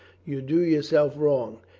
you do yourself wrong.